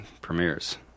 premieres